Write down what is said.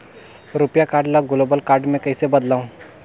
रुपिया कारड ल global card मे कइसे बदलव?